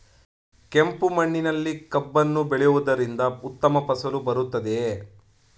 ಕೆಂಪು ಮಣ್ಣಿನಲ್ಲಿ ಕಬ್ಬನ್ನು ಬೆಳೆಯವುದರಿಂದ ಉತ್ತಮ ಫಸಲು ಬರುತ್ತದೆಯೇ?